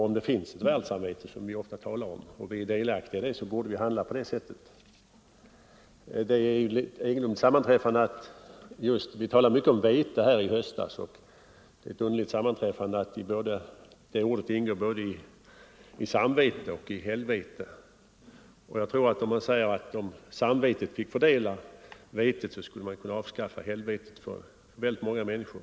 Om det finns ett världssamvete, som vi ofta talar om, och vi är delaktiga i det borde vi handla på detta sätt. Vi talade mycket om vete här i höstas, och det är ett underligt sammanträffande att ”vete” ingår i både ordet samvete och ordet helvete. Jag tror att om samvetet fick fördela vetet skulle man kunna avskaffa helvetet för väldigt många människor.